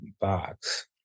box